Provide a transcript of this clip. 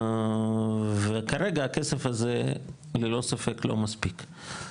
הכסף הזה כרגע לא מספיק.